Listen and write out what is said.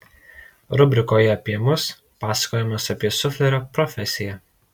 rubrikoje apie mus pasakojimas apie suflerio profesiją